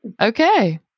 Okay